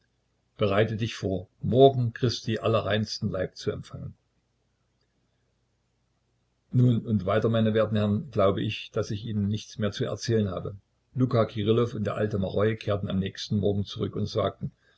bereite dich vor morgen christi allerreinsten leib zu empfangen nun und weiter meine werten herren glaube ich daß ich ihnen nichts mehr zu erzählen habe luka kirillow und der alte maroi kehrten am nächsten morgen zurück und sagten